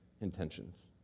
intentions